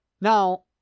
Now